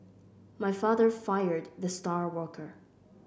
my father fired the star worker